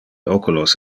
oculos